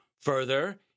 Further